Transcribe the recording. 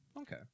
Okay